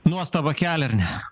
nuostabą kelia ar ne